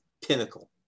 pinnacle